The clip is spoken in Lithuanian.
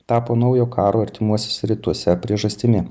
tapo naujo karo artimuosiuose rytuose priežastimi